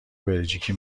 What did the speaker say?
بلژیکی